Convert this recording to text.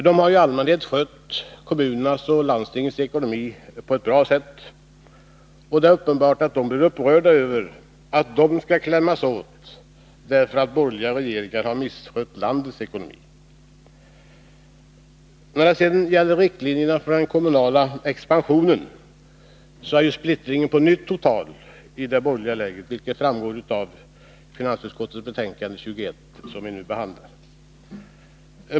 De har i allmänhet skött kommunernas och landstingens ekonomi på ett bra sätt, och det är uppenbart att de blir upprörda över att de skall klämmas åt, därför att borgerliga regeringar har misskött landets ekonomi. När det sedan gäller riktlinjerna för den kommunala expansionen är splittringen på nytt total i det borgerliga lägret, vilket framgår av finansutskottets betänkande nr 21, som vi nu behandlar.